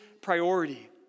priority